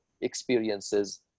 experiences